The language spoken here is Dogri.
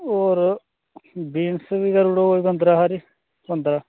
होर बीन्स बी करी ओड़ो कोई पंदरां हारी पंदरां